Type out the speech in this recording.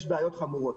יש בעיות חמורות.